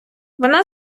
вона